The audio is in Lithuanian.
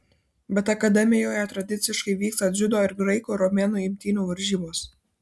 bet akademijoje tradiciškai vyksta dziudo ir graikų romėnų imtynių varžybos